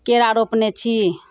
केरा रोपने छी